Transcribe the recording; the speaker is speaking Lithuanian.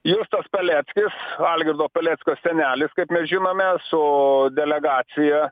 justas paleckis algirdo paleckio senelis kaip mes žinome su delegacija